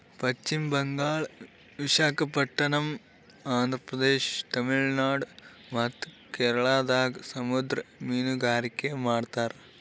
ಪಶ್ಚಿಮ್ ಬಂಗಾಳ್, ವಿಶಾಖಪಟ್ಟಣಮ್, ಆಂಧ್ರ ಪ್ರದೇಶ, ತಮಿಳುನಾಡ್ ಮತ್ತ್ ಕೇರಳದಾಗ್ ಸಮುದ್ರ ಮೀನ್ಗಾರಿಕೆ ಮಾಡ್ತಾರ